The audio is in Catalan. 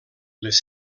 les